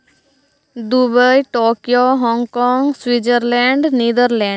Dubai Tokyo Hong Kong Switzerland Netherlands